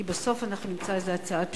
כי בסוף אנחנו נמצא איזו הצעת פשרה,